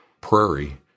prairie